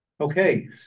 Okay